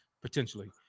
potentially